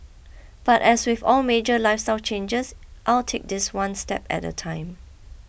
but as with all major lifestyle changes I'll take this one step at a time